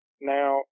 Now